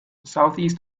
southeast